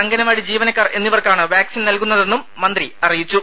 അങ്കണവാടി ജീവനക്കാർ എന്നിവർക്കാണ് വാക്സിൻ നൽകുന്നതെന്നും മന്ത്രി അറിയിച്ചു